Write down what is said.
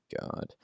God